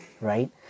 right